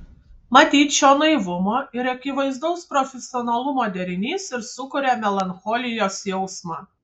matyt šio naivumo ir akivaizdaus profesionalumo derinys ir sukuria melancholijos jausmą